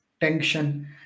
tension